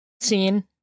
scene